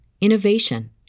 innovation